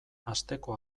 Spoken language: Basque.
asteko